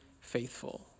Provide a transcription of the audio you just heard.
faithful